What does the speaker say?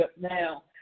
now